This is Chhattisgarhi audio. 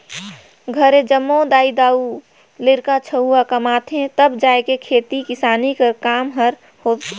घरे जम्मो दाई दाऊ,, लरिका छउवा कमाथें तब जाएके खेती किसानी कर काम हर होए पाथे